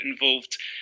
involved